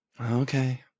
Okay